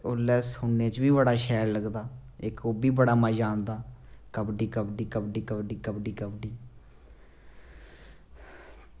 ते उसलै सुनने च बी बड़ा शैल लगदा इक्क ओह्बी बड़ा मज़ा आंदा कबड्डी कबड्डी